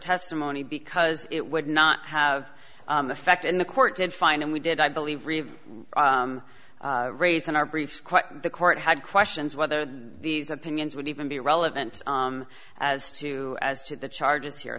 testimony because it would not have effect in the court did find and we did i believe raised in our briefs quite the court had questions whether these opinions would even be relevant as to as to the charges here